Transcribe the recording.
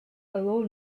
alone